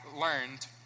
learned